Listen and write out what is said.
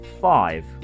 five